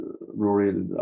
Rory